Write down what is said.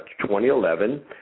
2011